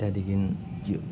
त्यहाँदेखि